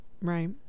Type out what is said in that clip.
right